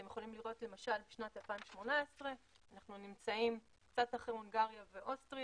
אתם יכולים לראות למשל שבשנת 2018 אנחנו קצת אחרי הונגריה ואוסטריה,